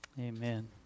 Amen